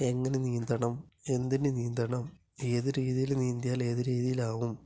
എങ്ങനെ നീന്തണം എന്തിന് നീന്തണം ഏത് രീതിയില് നീന്തിയാല് ഏത് രീതിയിലാകും